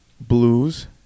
Blues